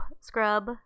scrub